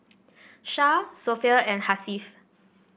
Shah Sofea and Hasif